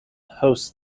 hosts